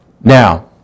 now